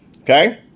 Okay